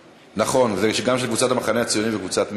ונכון, זה גם של קבוצת המחנה הציוני וקבוצת מרצ.